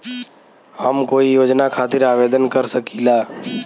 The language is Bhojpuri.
हम कोई योजना खातिर आवेदन कर सकीला?